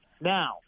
Now